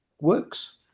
works